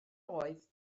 oedd